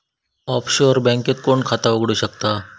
Offshore बँकेत कोण खाता उघडु शकता?